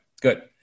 good